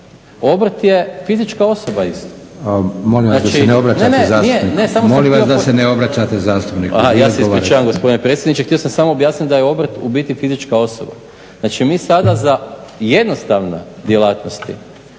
nije, ne samo sam htio. …/Upadica: Molim vas da se ne obraćate zastupniku./… Aha, ja se ispričavam gospodine predsjedniče. Htio sam samo objasniti da je obrt u biti fizička osoba. Znači mi sada za jednostavne djelatnosti